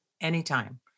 anytime